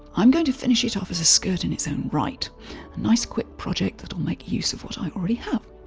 i'm going to finish it off as a skirt in its own right. a nice, quick project that'll make use of what i already have.